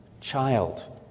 child